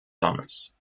thomas